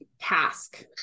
task